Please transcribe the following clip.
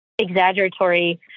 exaggeratory